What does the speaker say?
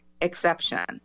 exception